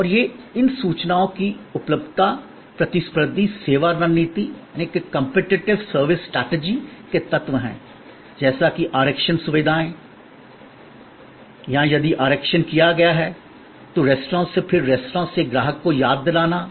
और ये इन सूचनाओं की उपलब्धता प्रतिस्पर्धी सेवा रणनीति कम्पीटीटिव सर्विस स्ट्रेटेजी के तत्व हैं जैसे कि आरक्षण सुविधाएं हैं या यदि आरक्षण किया गया है तो रेस्तरां से फिर रेस्तरां से ग्राहक को याद दिलाना है